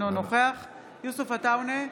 אינו נוכח יוסף עטאונה,